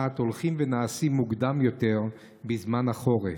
הולכים ונעשים מוקדם יותר בזמן החורף.